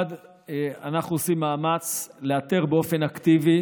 אנחנו עושים מאמץ לאתר באופן אקטיבי